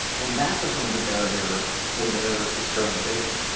and that becomes a barrier for their experimentation.